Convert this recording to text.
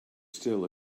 still